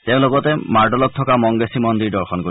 তেওঁ লগতে মাৰ্দলত থকা মংগেচি মন্দিৰ দৰ্শন কৰিব